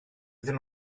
iddyn